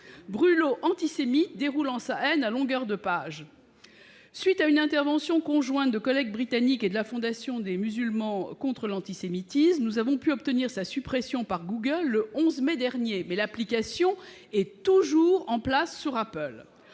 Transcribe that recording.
brûlot antisémite déroulant sa haine à longueur de pages. À la suite d'une intervention conjointe de collègues britanniques et de la Fondation des musulmans contre l'antisémitisme, nous avons pu obtenir sa suppression par Google le 11 mai dernier, mais l'application est toujours disponible